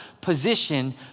position